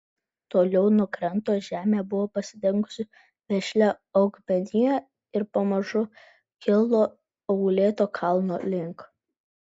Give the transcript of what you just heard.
toliau nuo kranto žemė buvo pasidengusi vešlia augmenija ir pamažu kilo uolėto kalno link